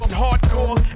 hardcore